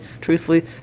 truthfully